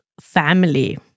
family